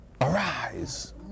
arise